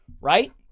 Right